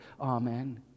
Amen